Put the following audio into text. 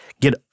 get